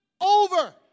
over